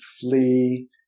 flee